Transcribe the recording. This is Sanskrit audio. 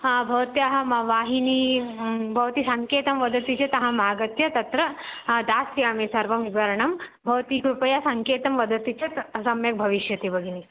भवत्याः वाहिनी भवती सङ्केतं वदति चेत् अहम् आगत्य तत्र दास्यामि सर्वं विवरणं भवती कृपया सङ्केतं वदति चेत् सम्यक् भविष्यति भगिनि